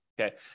okay